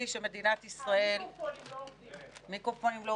הדיון הזה הוא דיון